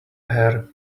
hair